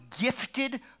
gifted